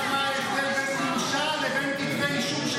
שלושה כתבי אישום.